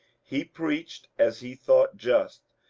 he preached as he thought just,